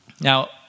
Now